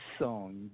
song